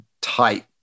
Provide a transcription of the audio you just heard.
type